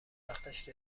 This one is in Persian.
وقتش